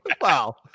Wow